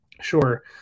sure